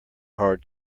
hard